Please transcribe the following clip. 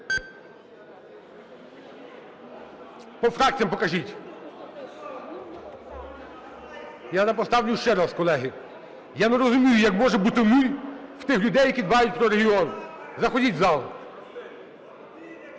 Заходіть в зал.